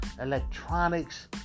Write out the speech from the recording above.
electronics